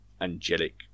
angelic